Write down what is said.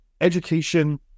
education